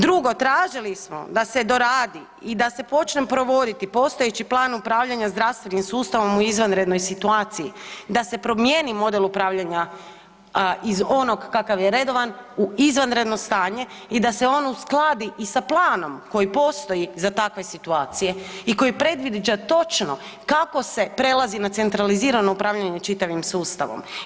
Drugo, tražili smo da se doradi i da se počne provoditi postojeći plan upravljanja zdravstvenim sustavom u izvanrednoj situaciji, da se promijeni model upravljanja iz onog kakav je redovan u izvanredno stanje i da se on uskladi i sa planom koji postoji za takve situacije i koji predviđa točno kako se prelazi na centralizirano upravljanje čitavim sustavom.